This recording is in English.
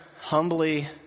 humbly